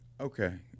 Okay